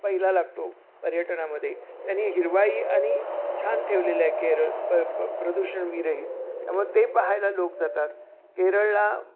पहिला लागतो पर्यटनामध्ये त्यांनी हिरवाई आणि छान ठेवलेलं आहे केरळ प प प्र प्रदूषणविरहीत त्यामुळे ते पहायला लोक जातात केरळला